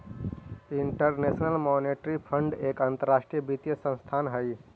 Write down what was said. international monetary fund एक अंतरराष्ट्रीय वित्तीय संस्थान हई